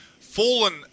fallen